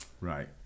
right